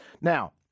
Now